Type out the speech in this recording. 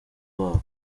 wabo